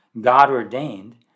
God-ordained